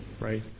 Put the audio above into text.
right